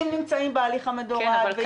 אם נמצאים בהליך המדורג --- כן,